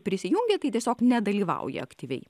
prisijungia tai tiesiog nedalyvauja aktyviai